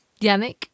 Yannick